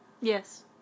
yes